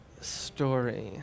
story